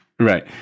Right